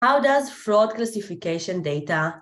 How does fraud classification data...